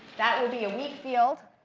that will be a weak field.